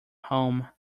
home